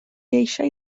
eisiau